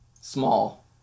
Small